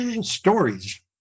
stories